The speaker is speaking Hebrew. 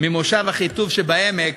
ממושב אחיטוב שבעמק,